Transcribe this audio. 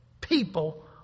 people